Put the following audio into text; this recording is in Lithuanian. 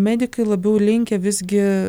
medikai labiau linkę visgi